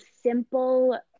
simple